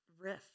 rift